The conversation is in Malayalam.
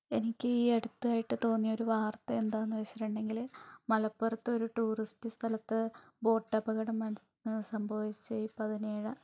എനിക്ക് ഈ അടുത്തായിട്ട് തോന്നിയൊരു വാർത്ത എന്താണെന്ന് വച്ചിട്ടുണ്ടെങ്കിൽ മലപ്പുറത്ത് ഒരു ടൂറിസ്റ്റ് സ്ഥലത്ത് ബോട്ടപകടം നടന്ന സംഭവിച്ച ഈ പതിനേഴാം